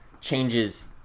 changes